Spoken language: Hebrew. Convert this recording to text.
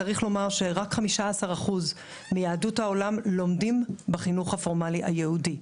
צריך לומר שרק 15% מיהדות העולם לומדים בחינוך הפורמלי היהודי,